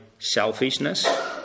Selfishness